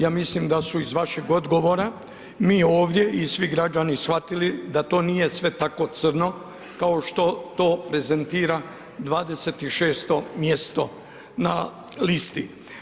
Ja mislim da su iz vašeg odgovora mi ovdje i svi građani shvatili da to nije sve tako crno kao što to prezentira 26. mjesto na listi.